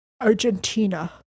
Argentina